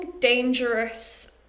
dangerous